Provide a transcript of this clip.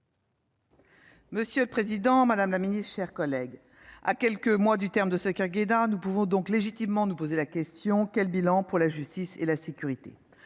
Monsieur le président, madame la ministre, mes chers collègues, à quelques mois du terme de ce quinquennat, nous pouvons légitimement nous poser la question : quel bilan pour la justice et la sécurité ?